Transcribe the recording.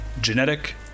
Genetic